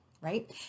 right